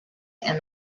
and